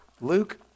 Luke